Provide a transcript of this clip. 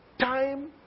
time